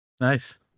Nice